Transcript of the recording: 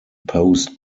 posed